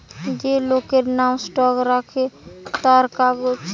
যে লোকের নাম স্টক রাখে তার কাগজ